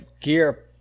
gear